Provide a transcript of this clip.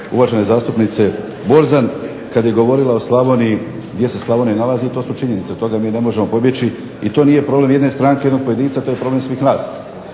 uvaženom gospođe Borzan kada je govorila o Slavoniji i gdje se Slavonija nalazi i to su činjenice, od toga ne možemo pobjeći i to nije problem jedne stranke, pojedinca to je problem svih nas